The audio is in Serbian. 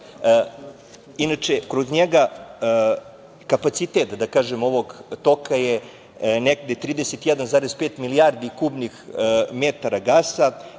je 930 kilometara, kapacitet ovog toka je negde 31,5 milijardi kubnih metara gasa.